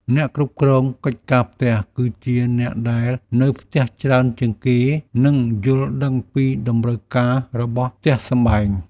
អ្នកគ្រប់គ្រងកិច្ចការផ្ទះ គឺជាអ្នកដែលនៅផ្ទះច្រើនជាងគេ និងយល់ដឹងពីតម្រូវការរបស់ផ្ទះសម្បែង។